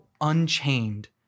unchained